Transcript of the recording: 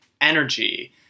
energy